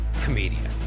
comedian